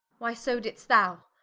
why so didst thou.